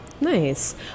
Nice